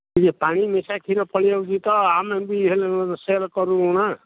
ଟିକିଏ ପାଣି ମିଶା କ୍ଷୀର ପଳାଇଆଉଛି ତ ଆମେ ବି ହେଲେ ସେୟର୍ କରିବୁ ନା